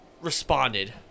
responded